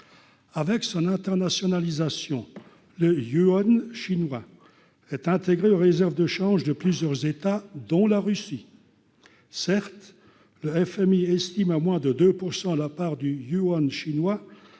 avec son internationalisation le Yukon chinois est intégrée aux réserves de change de plusieurs États, dont la Russie, certes, le FMI estime à moins de 2 pourcent la part du Yuan chinois